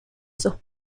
sus